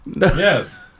Yes